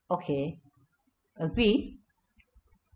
okay agree